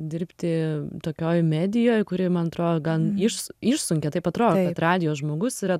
dirbti tokioj medijoj kuri man atro gan išsu išsunkia taip atro kad radijo žmogus yra